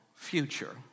Future